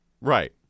right